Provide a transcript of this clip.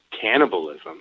cannibalism